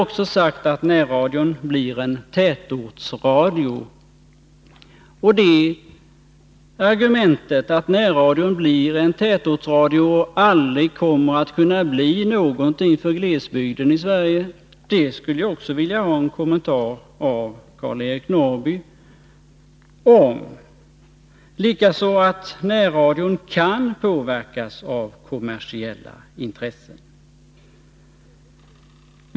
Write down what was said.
Beträffande argumentet att närradion blir en tätortsradio— det har också vi sagt — och att den aldrig kommer att kunna bli någonting för glesbygden i Sverige skulle jag vilja ha en kommentar av Karl-Eric Norrby. Det gäller också argumentet att närradion kan påverkas av kommersiella intressen.